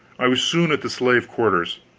i was soon at the slave quarters.